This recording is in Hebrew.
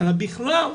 אלא בכלל,